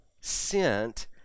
sent